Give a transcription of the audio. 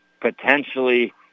potentially